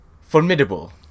formidable